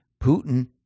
Putin